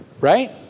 right